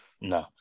no